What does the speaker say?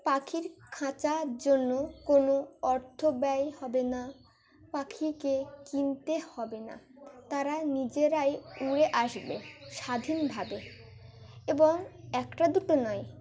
পাখির খাঁচার জন্য কোনো অর্থ ব্যয় হবে না পাখিকে কিনতে হবে না তারা নিজেরাই উড়ে আসবে স্বাধীনভাবে এবং একটা দুটো নয়